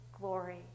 glory